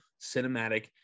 Cinematic